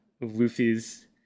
Luffy's